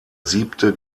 siebte